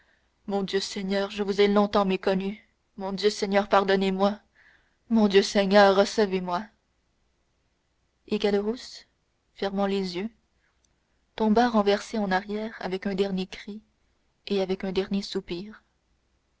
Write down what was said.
mon dieu seigneur je vous ai longtemps méconnu mon dieu seigneur pardonnez-moi mon dieu seigneur recevez moi et caderousse fermant les yeux tomba renversé en arrière avec un dernier cri et avec un dernier soupir